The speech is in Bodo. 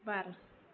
बार